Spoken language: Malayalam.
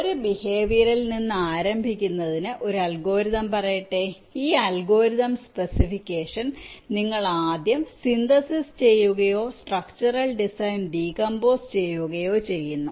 ഒരു ബിഹേവിയറിൽ നിന്ന് ആരംഭിക്കുന്നതിന് ഒരു അൽഗോരിതം പറയട്ടെ ഈ അൽഗോരിതം സ്പെസിഫിക്കേഷൻ നിങ്ങൾ ആദ്യം സിന്തെസിസ് ചെയ്യുകയോ സ്ട്രക്ടറൽ ഡിസൈൻ ഡീകമ്പോസ് ചെയ്യുകയോ ചെയ്യുന്നു